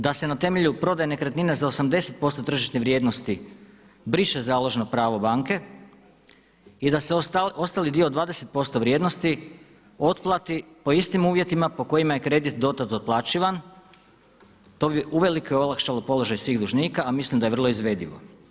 Da se na temelju prodaje nekretnine za 80% tržišne vrijednosti briše založno pravo banke i da se ostali dio od 20% vrijednosti otplati po istim uvjetima po kojima je kredit do tada otplaćivan, to bi uvelike olakšalo položaj svih dužnika a mislim da je vrlo izvedivo.